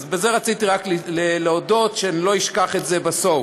רציתי רק להודות, כדי שאני לא אשכח את זה בסוף.